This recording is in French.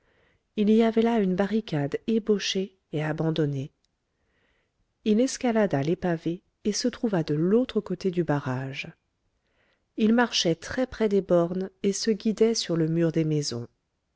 il y avait là une barricade ébauchée et abandonnée il escalada les pavés et se trouva de l'autre côté du barrage il marchait très près des bornes et se guidait sur le mur des maisons